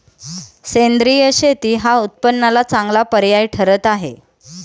सेंद्रिय शेती हा उत्पन्नाला चांगला पर्याय ठरत आहे